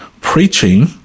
preaching